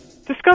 Discuss